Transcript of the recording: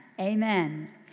Amen